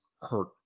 hurt